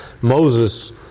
Moses